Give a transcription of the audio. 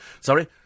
Sorry